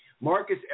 Marcus